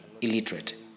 illiterate